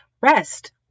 Rest